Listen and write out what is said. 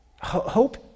Hope